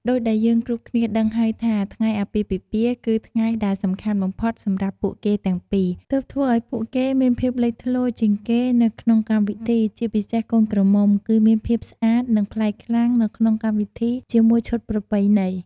ដូចដែរយើងគ្រប់គ្នាដឹងហើយថា ថ្ងៃអាពាហ៍ពិពាហ៍គឺថ្ងៃដែលសំខាន់បំផុតសម្រាប់ពួកគេទាំងពីរ ទើបធ្វើឲ្យពួកគេមានភាពលេចធ្លោជាងគេនៅក្នុងកម្មវិធី ជាពិសេសកូនក្រមុំ គឺមានភាពស្អាតនិងប្លែកខ្លាំងនៅក្នុងកម្មវិធីជាមួយឈុតប្រពៃណី។